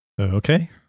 Okay